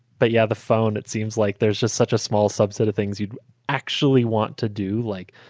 but yeah, the phone, it seems like there's just such a small subset of things you'd actually want to do. like,